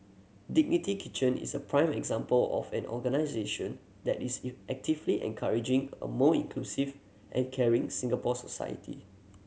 Dignity Kitchen is a prime example of an organisation that is actively encouraging a more inclusive and caring Singapore society